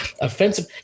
Offensive